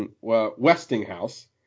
Westinghouse